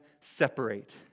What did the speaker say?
separate